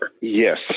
Yes